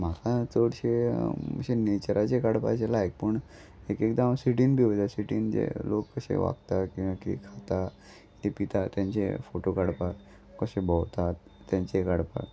म्हाका चडशे अशे नेचराचे काडपाचे अशें लायक पूण एक एकदां हांव सिटीन बी वयतां सिटीन जे लोक कशे वागता किं कितें खाता कितें पितात तेंचे फोटो काडपाक कशे भोंवतात ते काडपाक